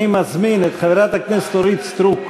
אני מזמין את חברת הכנסת אורית סטרוק,